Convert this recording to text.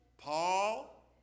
Paul